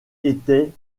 était